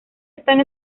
están